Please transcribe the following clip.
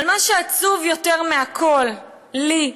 אבל מה שעצוב יותר מכול לי,